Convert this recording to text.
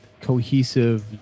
cohesive